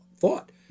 Thought